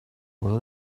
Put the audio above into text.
will